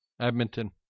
Edmonton